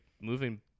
moving